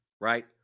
right